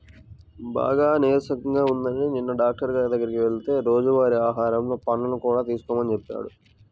బాగా నీరసంగా ఉందని నిన్న డాక్టరు గారి దగ్గరికి వెళ్తే రోజువారీ ఆహారంలో పండ్లను కూడా తీసుకోమని చెప్పాడు